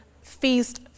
feast